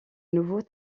nouveau